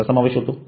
चा समावेश होतो